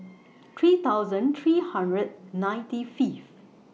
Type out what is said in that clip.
three thousand three hundred ninety Fifth